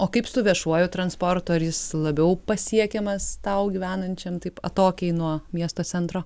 o kaip su viešuoju transportu ar jis labiau pasiekiamas tau gyvenančiam taip atokiai nuo miesto centro